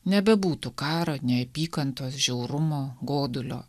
nebebūtų karo neapykantos žiaurumo godulio